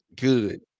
good